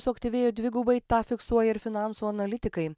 suaktyvėjo dvigubai tą fiksuoja ir finansų analitikai